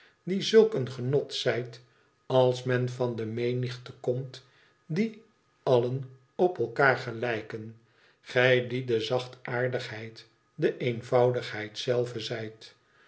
die zulk een genot zijt als men van de menigte komt die aljen op elkaar gelijken gij die de zachtaardigheid de